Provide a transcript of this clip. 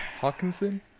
Hawkinson